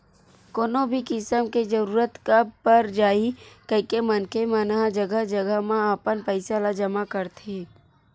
कोनो भी किसम के जरूरत कब पर जाही कहिके मनखे मन ह जघा जघा म अपन पइसा ल जमा करथे